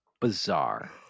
bizarre